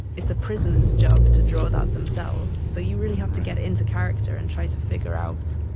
it's a prisoner's job to draw that themselves, so you really have to get into character and try to figure out